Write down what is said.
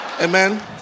Amen